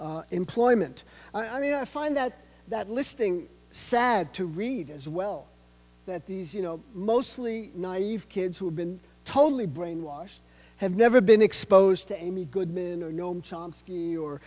employment i mean i find that that listing sad to read as well that these you know mostly naive kids who have been totally brainwashed have never been exposed to amy goodman or noam chomsky or